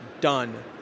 done